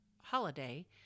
holiday